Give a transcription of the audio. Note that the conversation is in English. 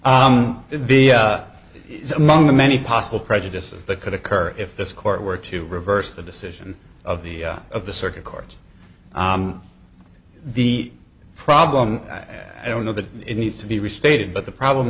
be among the many possible prejudices that could occur if this court were to reverse the decision of the of the circuit courts the problem i don't know that it needs to be restated but the problem